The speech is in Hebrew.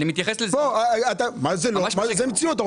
זאת המציאות.